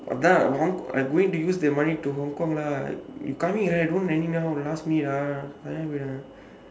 I done hong i'm going to use that money to hong kong lah you coming right you don't anyhow last minute ah